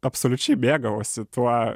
absoliučiai mėgavosi tuo